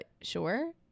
sure